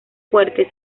fuerte